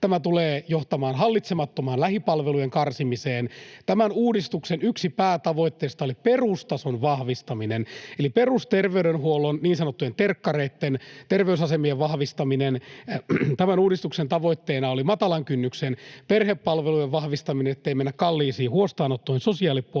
Tämä tulee johtamaan hallitsemattomaan lähipalvelujen karsimiseen. Tämän uudistuksen yksi päätavoitteista oli perustason vahvistaminen eli perusterveydenhuollon, niin sanottujen terkkareitten, terveysasemien, vahvistaminen. Tämän uudistuksen tavoitteena oli matalan kynnyksen perhepalvelujen vahvistaminen, ettei mennä kalliisiin huostaanottoihin sosiaalipuolella.